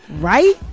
Right